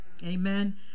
amen